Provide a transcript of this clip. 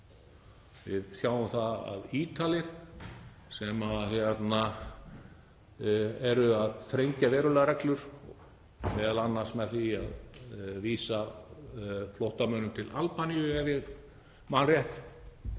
Við sjáum að Ítalir eru að þrengja verulega reglur, m.a. með því að vísa flóttamönnum til Albaníu ef ég man rétt.